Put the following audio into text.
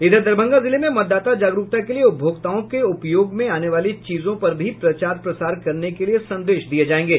इधर दरभंगा जिले में मतदाता जागरूकता के लिये उपभोक्ताओं के उपयोग में आने वाली चीजों पर भी प्रचार प्रसार करने के लिये संदेश दिये जायेंगे